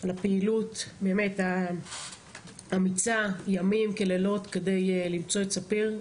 על הפעילות האמיצה כדי למצוא את ספיר.